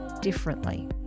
differently